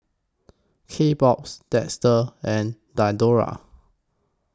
Kbox Dester and Diadora